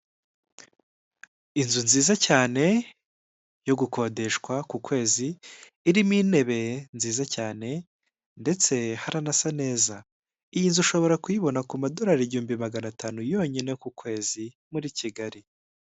Inzu nziza cyane yo gukodeshwa ku kwezi; irimo intebe nziza cyane ndetse haranasa neza, iyi nzu ushobora kuyibona ku madorari "igihumbi magana atanu" yonyine ku kwezi muri Kigali.